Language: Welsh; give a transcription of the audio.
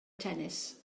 tennis